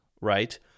right